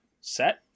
set